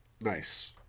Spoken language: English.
nice